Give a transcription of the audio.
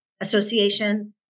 Association